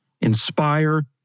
inspire